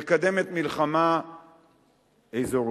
מקדמת מלחמה אזורית.